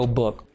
book